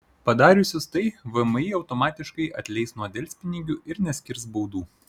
padariusius tai vmi automatiškai atleis nuo delspinigių ir neskirs baudų